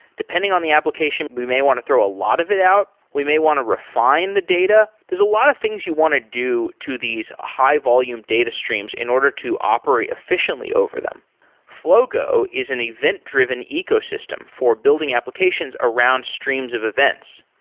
depending on the application, we may want to throw a lot of it out, we may want to refine the data. there's a lot of things you want to do to these high-volume data streams in order to operate efficiently over them flogo is an event-driven ecosystem for building applications around streams of events.